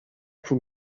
پول